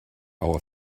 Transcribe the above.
our